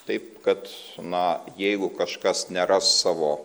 tai kad na jeigu kažkas neras savo